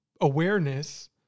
awareness